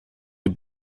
die